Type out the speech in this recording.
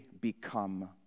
become